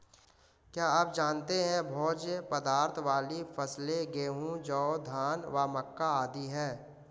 क्या आप जानते है भोज्य पदार्थ वाली फसलें गेहूँ, जौ, धान व मक्का आदि है?